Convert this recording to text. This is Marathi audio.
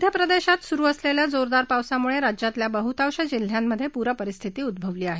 मध्यप्रदेशमध्ये सुरू असलेल्या जोरदार पावसामुळे राज्यातल्या बहुतेक जिल्ह्यांमध्ये पूरपरिस्थिती उद्रवली आहे